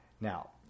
Now